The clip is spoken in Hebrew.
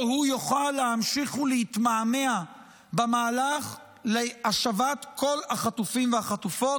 הוא יוכל להמשיך ולהתמהמה במהלך להשבת כל החטופים והחטופות.